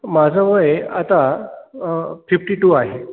माझं वय आता फिफ्टी टू आहे